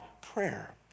prayer